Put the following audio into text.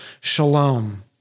shalom